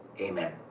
amen